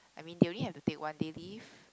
I mean they only have to take one day leave